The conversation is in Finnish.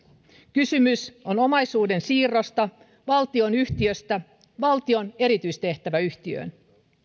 kysymys on omaisuudensiirrosta valtionyhtiöstä valtion erityistehtäväyhtiöön